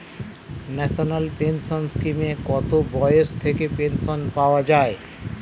National pension স্কিমে কত বয়স থেকে পেনশন পাওয়া যায়?